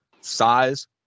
size